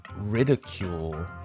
ridicule